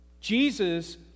Jesus